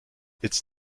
its